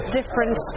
different